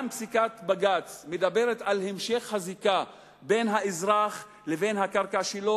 גם פסיקת בג"ץ מדברת על המשך הזיקה בין האזרח לבין הקרקע שלו